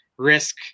Risk